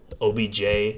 OBJ